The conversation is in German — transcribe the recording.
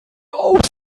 auch